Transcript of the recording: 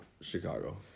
Chicago